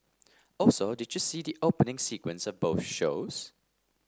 also did you see the opening sequence of both shows